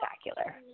spectacular